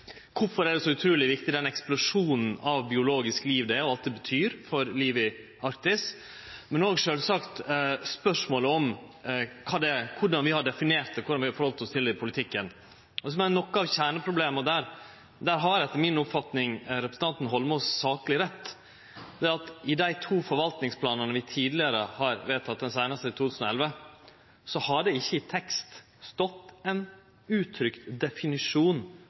Kvifor er han så utruleg viktig, den eksplosjonen av biologisk liv og alt han betyr for livet i Arktis – men òg sjølvsagt spørsmålet om korleis vi har definert det, korleis vi har behandla det i politikken? Når det gjeld noko av kjerneproblemet der, har etter mi oppfatning representanten Eidsvoll Holmås sakleg rett: I dei to forvaltningsplanane vi tidlegare har vedteke – den siste i 2011 – har det ikkje i tekst stått ein uttrykt definisjon: